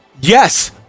yes